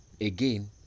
again